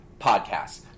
podcasts